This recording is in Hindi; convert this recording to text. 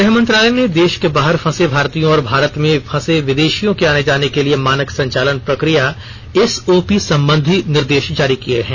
गृह मंत्रालय ने देश के बाहर फंसे भारतीयों और भारत में फंसे विदेशियों के आने जाने के लिए मानक संचालन प्रक्रिया एसओपी संबंधी निर्देश जारी किये हैं